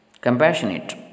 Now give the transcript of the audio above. Compassionate